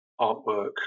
artwork